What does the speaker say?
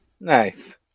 nice